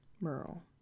Merle